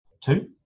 two